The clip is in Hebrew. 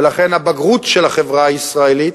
ולכן הבגרות של החברה הישראלית